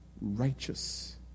righteous